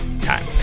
time